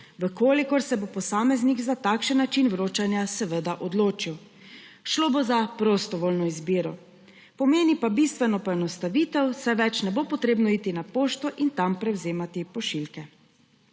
kolikor se bo posameznik za takšen način vročanja seveda odločil. Šlo bo za prostovoljno izbiro. Pomeni pa bistveno poenostavitev, saj več ne bo potrebno iti na pošto in tam prevzemati pošiljke.